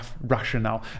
rationale